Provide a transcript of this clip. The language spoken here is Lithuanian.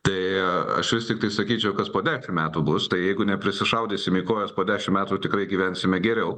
tai aš vis tiktai sakyčiau kas po dešimt metų bus tai jeigu neprisišaudysim į kojas po dešimt metų tikrai gyvensime geriau